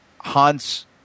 Hans